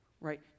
right